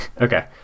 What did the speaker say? Okay